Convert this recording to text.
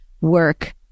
work